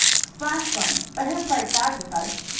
splash won't, but he'll play tag with us.